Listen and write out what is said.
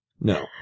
no